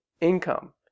income